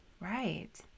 Right